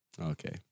Okay